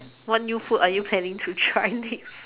what new food are you planning to try next